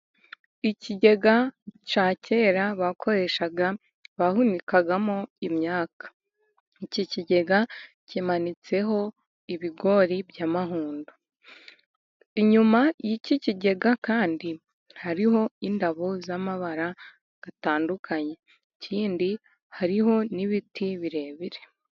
Ikigega cya kera bakoreshaga bahunikagamo imyaka, iki kigega kimanitseho ibigori by'amahundo, inyuma y'iki kigega kandi hariho indabo z'amabara atandukanye, ikindi hariho n'ibiti birebire.